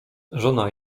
żona